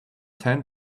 tan